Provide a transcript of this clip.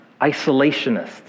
isolationists